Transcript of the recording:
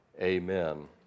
Amen